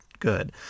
Good